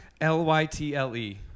L-Y-T-L-E